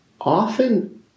often